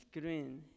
Green